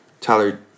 Tyler